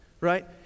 Right